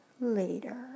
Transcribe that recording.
later